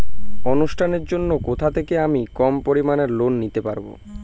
অনুষ্ঠানের জন্য কোথা থেকে আমি কম পরিমাণের লোন নিতে পারব?